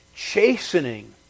Chastening